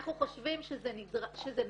אנחנו חושבים שזה נכון,